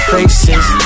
Faces